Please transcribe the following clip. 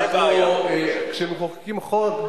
על מנת לחזק את